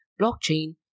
Blockchain